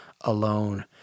alone